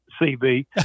CB